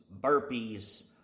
burpees